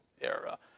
era